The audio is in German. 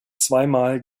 zweimal